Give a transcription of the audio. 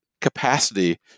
capacity